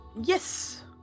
Yes